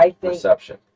perception